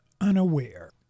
Unaware